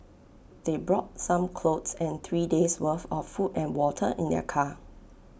they brought some clothes and three days'worth of food and water in their car